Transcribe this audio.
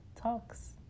Talks